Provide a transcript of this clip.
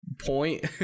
point